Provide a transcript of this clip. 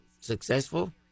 successful